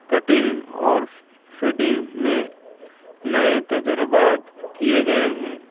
cutting اور fitting میں نئے تجربات کیے گئے ہیں